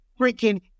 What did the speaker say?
freaking